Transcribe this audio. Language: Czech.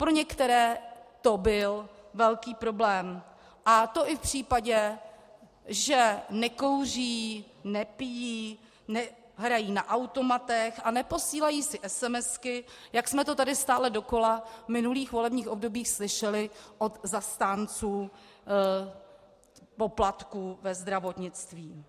Pro některé to byl velký problém, a to i v případě, že nekouří, nepijí, nehrají na automatech a neposílají si esemesky, jak jsme to tady stále dokola v minulých volebních obdobích slyšeli od zastánců poplatků ve zdravotnictví.